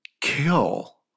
kill –